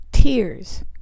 Tears